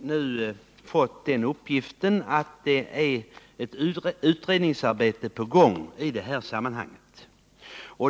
nu fått uppgift om att det pågår ett utredningsarbete i detta ärende.